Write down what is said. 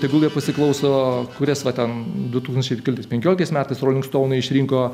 tegul jie pasiklauso kurias va ten du tūkstančiai kelintais penkioliktais metais rolingstounai išrinko